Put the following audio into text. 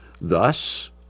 Thus